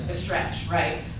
stretch, right,